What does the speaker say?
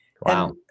Wow